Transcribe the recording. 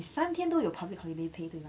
你三天都有 public holiday pay 对吗